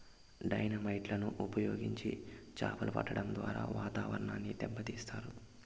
dynamite లను ఉపయోగించి చాపలు పట్టడం ద్వారా వాతావరణాన్ని దెబ్బ తీస్తాయి